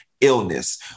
illness